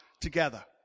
together